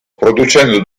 producendo